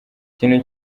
ikintu